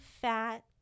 Fat